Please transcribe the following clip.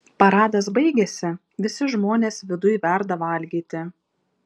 paradas baigėsi visi žmonės viduj verda valgyti